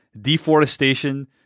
deforestation